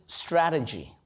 strategy